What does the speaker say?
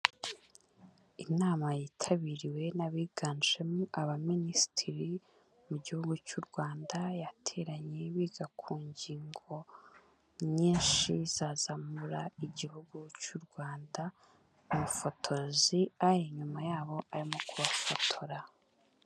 Inama yitabiriwe n'abiganjemo abaminisitiri mu gihugu cy'u Rwanda yateranye biga ku ngingo nyinshi zazamura igihugu cy'u Rwanda, umufotozi ari inyuma yabo arimo kubafotora